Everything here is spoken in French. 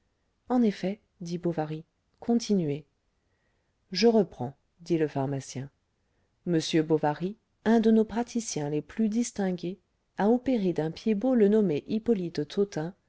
en effet dit bovary continuez je reprends dit le pharmacien m bovary un de nos praticiens les plus distingués a opéré d'un pied-bot le nommé hippolyte